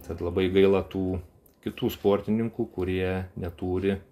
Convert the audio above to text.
tad labai gaila tų kitų sportininkų kurie neturi